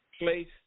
Place